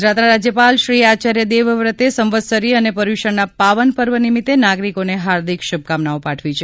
ગુજરાતના રાજ્યપાલ શ્રી આચાર્ય દેવવ્રતે સંવત્સરી અને પર્યુષણના પાવન પર્વ નિમિત્તે નાગરિકોને હાર્દિક શુભકામનાઓ પાઠવી છે